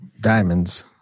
diamonds